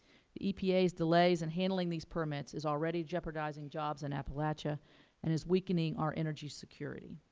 the epa's delays in handling these permits is already jeopardizing jobs in appalachia and is weakening our energy security.